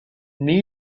neil